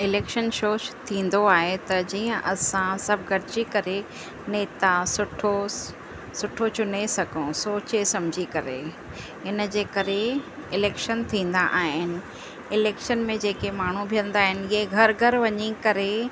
election शो थींदो आहे त जीअं असां सभु गॾिजी करे नेता सुठो सुठो चुने सघूं सोचे सम्झी करे इन जे करे इलेक्शन थींदा आहिनि इलेक्शन में जेके माण्हू बीहंदा आहिनि इहे घरु घरु वञी करे